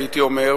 הייתי אומר,